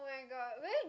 oh-my-god will it